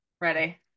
ready